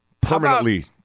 Permanently